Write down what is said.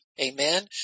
Amen